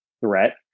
threat